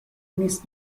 نیست